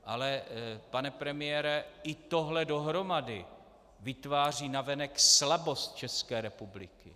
Ale pane premiére, i tohle dohromady vytváří navenek slabost České republiky.